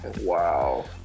Wow